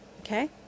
Okay